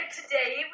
today